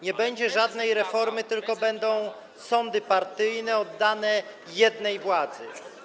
Nie będzie żadnej reformy, tylko będą sądy partyjne oddane jednej władzy.